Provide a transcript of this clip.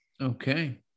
Okay